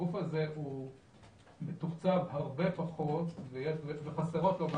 הגוף הזה מתוקצב הרבה פחות וחסרות לו גם